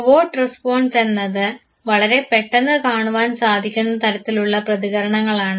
overt response എന്നത് വളരെ പെട്ടെന്ന് കാണുവാൻ സാധിക്കുന്ന തരത്തിലുള്ള പ്രതികരണങ്ങളാണ്